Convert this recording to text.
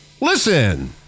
listen